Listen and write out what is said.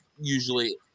usually